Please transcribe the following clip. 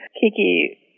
Kiki